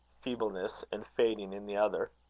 feebleness, and fading in the other.